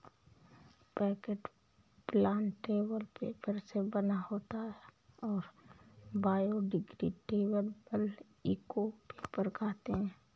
packet plantable paper से बना होता है और बायोडिग्रेडेबल इको पेपर होता है